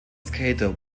skater